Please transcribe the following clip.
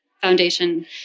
foundation